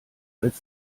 als